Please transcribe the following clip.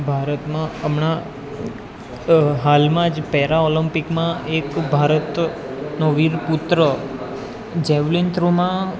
ભારતમાં હમણાં હાલમાં જ પેરા ઓલિમ્પિકમાં એક ભારતનો વીર પુત્ર જેવલિંન થ્રોમાં